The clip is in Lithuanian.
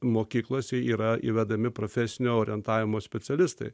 mokyklose yra įvedami profesinio orientavimo specialistai